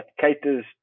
caters